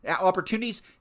opportunities